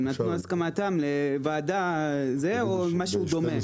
הם נתנו את הסכמתם לוועדה או למשהו דומה.